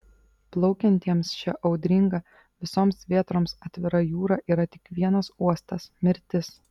plaukiantiems šia audringa visoms vėtroms atvira jūra yra tik vienas uostas mirtis